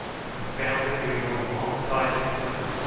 and i found that we were alongside the schooner,